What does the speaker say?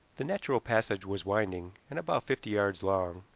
the natural passage was winding, and about fifty yards long,